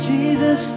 Jesus